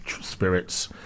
spirits